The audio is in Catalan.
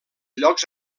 llocs